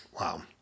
Wow